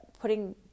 putting